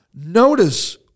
Notice